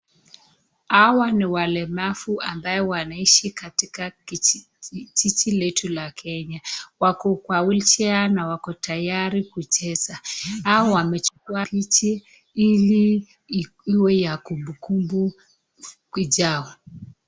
Hawa ni walemavu ambao wanaishi katika jiji letu la Kenya. Wako kwa wheelchair na wako tayari kucheza. Hawa wamechukua picha ili iwe ya kumbukumbu kujao.